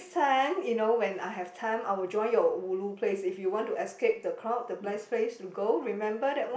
time you know when I have time I will join your ulu place if you want to escape the crowd the best place to go remember that one